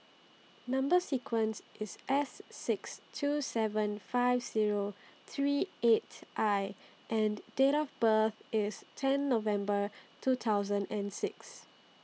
Number sequence IS S six two seven five Zero three eight I and Date of birth IS ten November two thousand and six